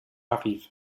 arrive